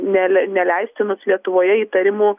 nel neleistinus lietuvoje įtarimų